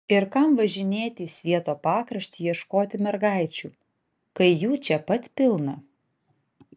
ir kam važinėti į svieto pakraštį ieškoti mergaičių kai jų čia pat pilna